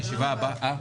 הישיבה ננעלה בשעה